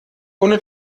ohne